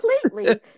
Completely